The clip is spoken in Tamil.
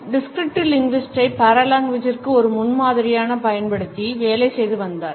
டிராஜர் descriptive linguistics ஐ paralanguageற்க்கு ஒரு முன்மாதிரியாக பயன்படுத்தி வேலை செய்து வந்தார்